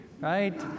right